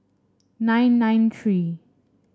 nine nine three